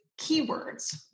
keywords